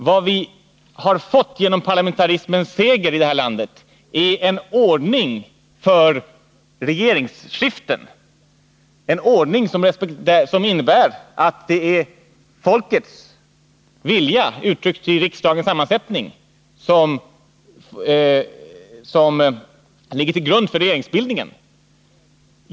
Vad vi har fått genom parlamentarismens seger i landet är en ordning för regeringsskiften vilken innebär att det är folkets vilja uttryckt i riksdagens sammansättning som ligger till grund för regeringsbildningen.